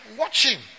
watching